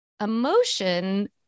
emotion